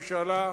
לארץ מוצאם.